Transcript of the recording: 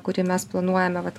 kurį mes planuojame vat